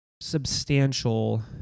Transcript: substantial